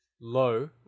Low